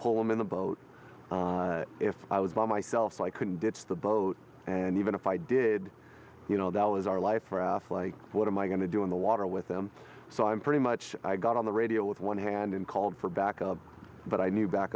pull him in the boat if i was by myself i couldn't get the boat and even if i did you know that was our life raft like what am i going to do in the water with them so i'm pretty much i got on the radio with one hand and called for backup but i knew